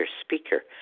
speaker